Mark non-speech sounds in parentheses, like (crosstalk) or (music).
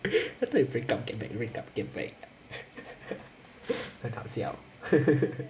I thought you break up get back break up get back (laughs) siao